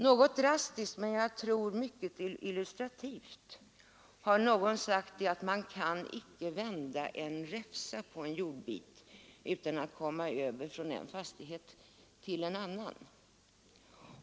Något drastiskt men jag tror mycket illustrativt har någon sagt, att man inte kan vända en räfsa på en jordbit utan att komma över från en fastighet till en annan.